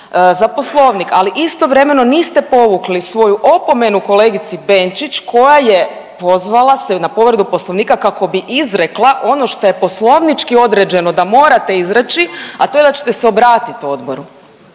za poslovnik, ali istovremeno niste povukli svoju opomenu kolegici Benčić koja je pozvala se na povredu Poslovnika kako bi izrekla ono što je poslovnički određeno da morate izreći, a to je da ćete se obratiti odboru.